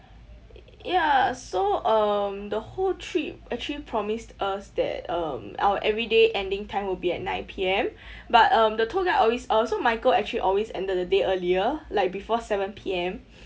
ya so um the whole trip actually promised us that um our every day ending time will be at nine P_M but um the tour guide always uh so michael actually always ended the day earlier like before seven P_M